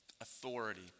authority